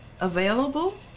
available